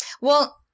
Well-